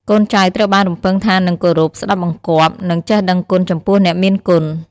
កូនចៅត្រូវបានរំពឹងថានឹងគោរព ស្ដាប់បង្គាប់ និងចេះដឹងគុណចំពោះអ្នកមានគុណ។